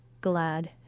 glad